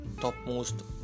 topmost